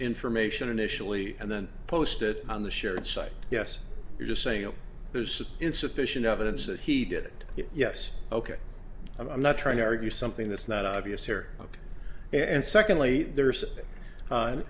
information initially and then post it on the shared site yes you're just saying that there's insufficient evidence that he did it yes ok i'm not trying to argue something that's not obvious here but and secondly there's an